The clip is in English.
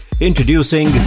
Introducing